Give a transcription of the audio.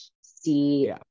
see